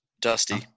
Dusty